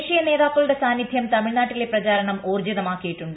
ദേശീയ നേതാക്കളുടെ സാന്നിധ്യം തമിഴ്നാട്ടിലെ പ്രചാരണം ഊർജ്ജിതമാക്കിയിട്ടുണ്ട്